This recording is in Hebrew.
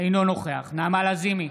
אינו נוכח נעמה לזימי,